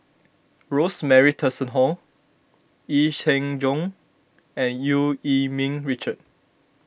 Rosemary Tessensohn Yee Jenn Jong and Eu Yee Ming Richard